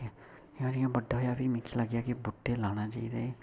जियां जियां बड्डा होएआ फ्ही मिगी लगेआ कि बूह्टे लाने चाहि्दे